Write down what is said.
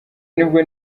nibwo